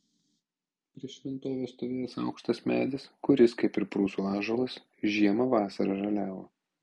prieš šventovę stovėjęs aukštas medis kuris kaip ir prūsų ąžuolas žiemą vasarą žaliavo